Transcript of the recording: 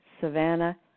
Savannah